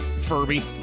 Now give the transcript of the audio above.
Furby